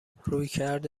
رویکرد